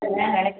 என்ன நடக்குது